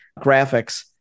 graphics